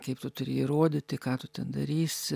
kaip tu turi įrodyti ką tu ten darysi